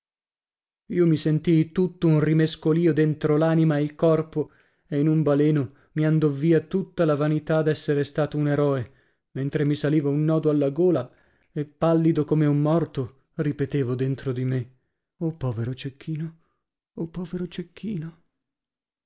io mi sentii tutto un rimescolìo dentro l'anima e il corpo e in un baleno mi andò via tutta la vanità d'essere stato un eroe mentre mi saliva un nodo alla gola e pallido come un morto ripetevo dentro di me oh povero cecchino oh povero cecchino